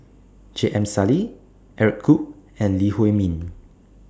J M Sali Eric Khoo and Lee Huei Min